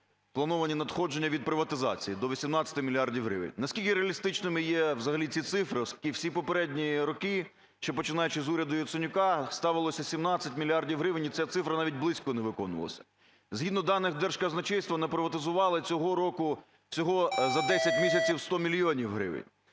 плановані надходження від приватизації до 18 мільярдів гривень. Наскільки реалістичними є взагалі ці цифри, оскільки всі попередні роки, ще починаючи з уряду Яценюка, ставилося 17 мільярдів гривень і ця цифра навіть близько не виконувалася? Згідно даних Держказначейства, наприватизували цього року всього за 10 місяців 100 мільйонів